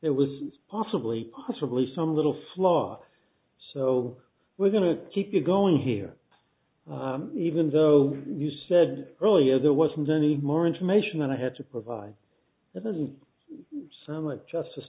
it was possibly possibly some little slaughter so we're going to keep it going here even though you said earlier there wasn't any more information that i had to provide that doesn't sound like justice